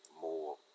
more